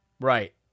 Right